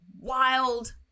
wild